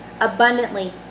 abundantly